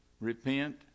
repent